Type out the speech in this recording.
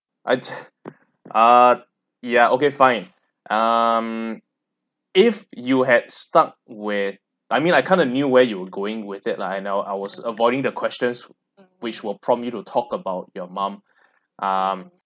I'd t~ ah ya okay fine um if you had stuck with I mean I kind of knew where you were going with it lah and I were I was avoiding the questions which will prompt you to talk about your mum um